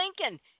Lincoln